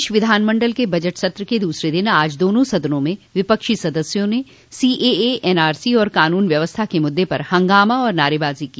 प्रदेश विधानमंडल के बजट सत्र के दूसरे दिन आज दोनों सदनों में विपक्षी सदस्यों ने सीएए एनआरसी और क़ानून व्यवस्था के मुद्दे पर हंगामा और नारेबाजी की